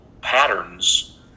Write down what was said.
patterns